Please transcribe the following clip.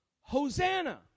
Hosanna